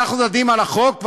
אנחנו יודעים על החוק,